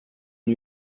new